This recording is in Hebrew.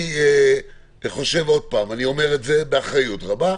אני אומר באחריות רבה,